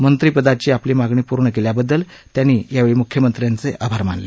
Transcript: मंत्रिपदाची आपली मागणी पूर्ण केल्याबद्दल त्यांनी यावेळी मुख्यमंत्र्यांचे आभार मानले